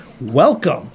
Welcome